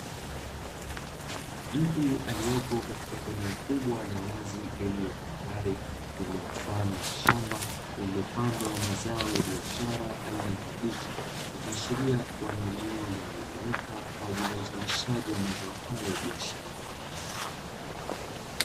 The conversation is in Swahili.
Mtu aliyepo katika eneo kubwa la wazi lililotambarare lililomfano wa shamba lililopandwa zao la biashara aina ya kabichi, ikiashiria kuwa ni eneo linalotumika na uzalishaji wa mazao hayo ya biashara.